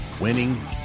winning